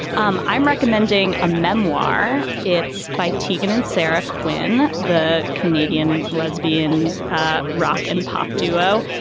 um i'm recommending a memoir. it's by tegan and sara quinn the canadian lesbian ah rock and pop duo.